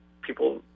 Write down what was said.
people